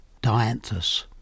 dianthus